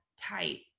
tight